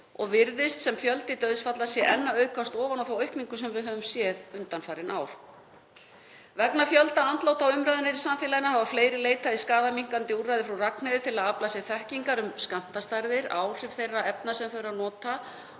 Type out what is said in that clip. og virðist sem dauðsföllum sé enn að fjölga ofan á þá fjölgun sem við höfum séð undanfarin ár. Vegna fjölda andláta og umræðunnar í samfélaginu hafa fleiri leitað í skaðaminnkandi úrræði Frú Ragnheiðar til að afla sér þekkingar um skammtastærðir, áhrif þeirra efna sem þau eru að nota